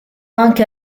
anche